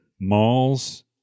malls